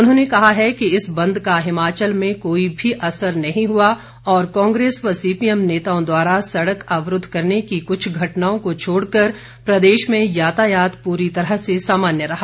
उन्होंने कहा है कि इस बंद का हिमाचल में कोई भी असर नहीं हुआ और कांग्रेस व सीपीएम नेताओं सड़क अवरूद्द करने की कृछ घटनाओं को छोडकर प्रदेश में यातायात पूरी तरह से सामान्य रहा